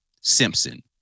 Simpson